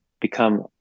become